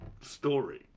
story